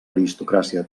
aristocràcia